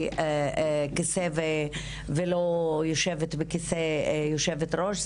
כסא ובגלל שאני לא יושבת בכיסא היושבת-ראש.